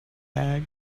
bag